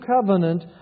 covenant